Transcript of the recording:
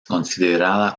considerada